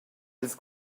ils